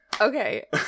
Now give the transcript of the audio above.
okay